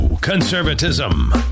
conservatism